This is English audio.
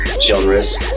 genres